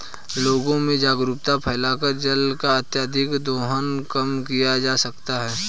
लोगों में जागरूकता फैलाकर जल का अत्यधिक दोहन कम किया जा सकता है